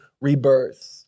rebirth